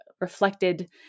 reflected